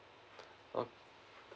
oh